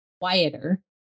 quieter